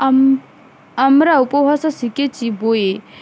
আম আমরা উপভাষা শিখেছি বইয়ে